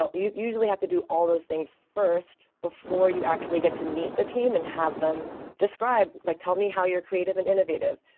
you usually have to do all those things first before you actually get to meet the team and have them describe, like tell me how you're creative and innovative.